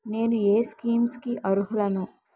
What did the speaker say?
నేను ఏ స్కీమ్స్ కి అరుహులను?